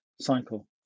cycle